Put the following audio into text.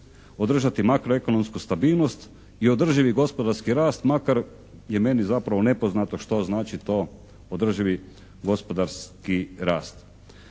održati makroekonomsku stabilnost i održivi gospodarski rast makar je meni zapravo nepoznato što znači to održivi gospodarski rast.